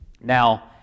Now